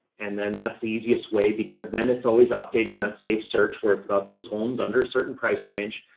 and then that's the easiest way, because then it's always updating that safe search where it's got those homes under a certain price range.